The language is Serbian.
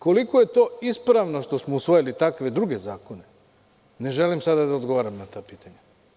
Koliko je ispravno to što smo usvojili takve druge zakone, ne želim sada da odgovaram na ta pitanja.